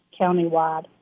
countywide